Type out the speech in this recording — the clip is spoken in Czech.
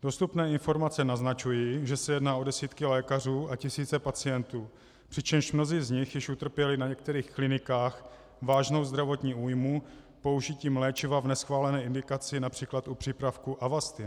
Dostupné informace naznačují, že se jedná o desítky lékařů a tisíce pacientů, přičemž mnozí z nich již utrpěli na některých klinikách vážnou zdravotní újmu použitím léčiva v neschválené indikaci, např. u přípravku Avastin.